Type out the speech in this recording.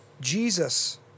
jesus